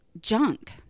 junk